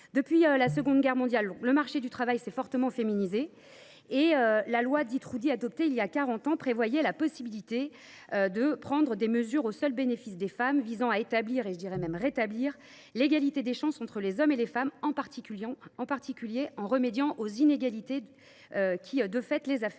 Depuis la Seconde Guerre mondiale, le marché du travail s’est fortement féminisé. La loi Roudy, adoptée il y a quarante ans, a ouvert la possibilité de prendre des mesures au seul bénéfice des femmes, afin d’établir – je dirais même de rétablir – l’égalité des chances entre les hommes et les femmes, tout particulièrement en remédiant aux inégalités qui, de fait, les affectent.